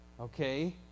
Okay